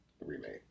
remake